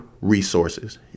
resources